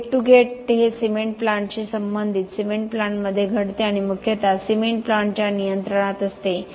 gate to gate हे cement प्लांटशी संबंधित सिमेंट प्लांटमध्ये घडते आणि मुख्यतः सिमेंट प्लांटच्या नियंत्रणात असते